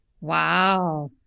wow